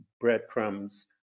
breadcrumbs